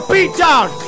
Beatdown